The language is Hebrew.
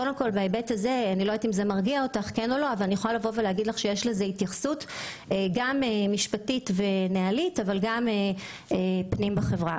יש לזה התייחסות משפטית וגם בתוך החברה.